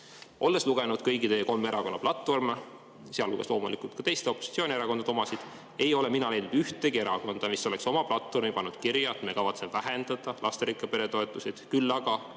lugenud kõigi teie kolme erakonna platvorme, sealhulgas loomulikult ka teiste, opositsioonierakondade omasid, ei ole mina näinud ühtegi erakonda, mis oleks oma platvormi pannud kirja, et me kavatseme vähendada lasterikka pere toetusi, küll aga